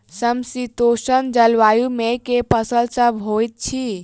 समशीतोष्ण जलवायु मे केँ फसल सब होइत अछि?